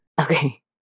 Okay